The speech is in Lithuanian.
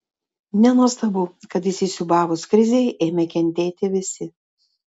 nenuostabu kad įsisiūbavus krizei ėmė kentėti visi